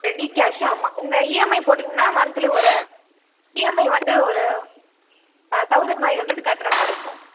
ready cash ஆமா உங்க EMI போட்டீங்கன்னா மன்த்லி ஒரு இஎம்ஐ வந்து ஒரு தௌசண்ட் ஃபை ஹண்ட்ரட் கட்டுறா மாதிரி இருக்கும்